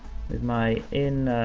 there's my in,